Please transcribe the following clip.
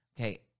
okay—